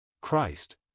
Christ